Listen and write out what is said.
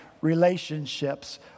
relationships